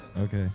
Okay